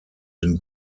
den